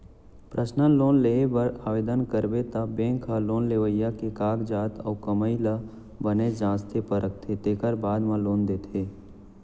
personal loan लिये बर ओवदन करबे त बेंक ह लोन लेवइया के कागजात अउ कमाई ल बने जांचथे परखथे तेकर बादे म लोन देथे